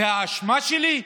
זו האשמה שלי?